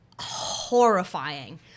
horrifying